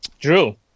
Drew